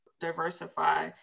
diversify